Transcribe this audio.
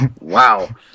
Wow